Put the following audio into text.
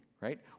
right